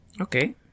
Okay